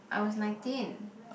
I was nineteen